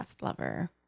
lover